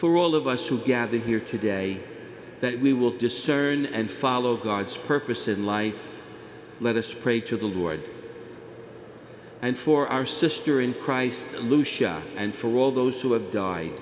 for all of us who gather here today that we will discern and follow god's purpose in life let us pray to the lord and for our sister in christ lucia and for all those who have died